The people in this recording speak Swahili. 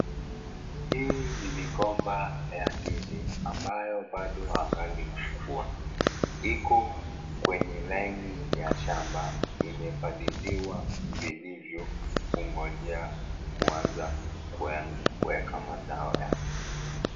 Hii ni migomba ya ndizi ambayo bado hangali kukua iko kwenye laini ya shamba imepaliliwa vilivyo kungojea kuanza kuweka mazao yake.